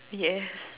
yes